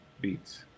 beats